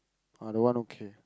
I don't want okay